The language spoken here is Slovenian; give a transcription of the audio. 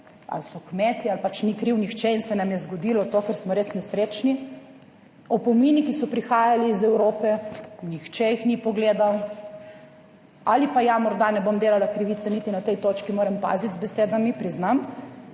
ali so kmetje ali pač ni kriv nihče in se nam je zgodilo to, ker smo res nesrečni. Opomini, ki so prihajali iz Evrope, nihče jih ni pogledal ali pa ja, morda ne bom delala krivice, niti na tej točki moram paziti z besedami, priznam,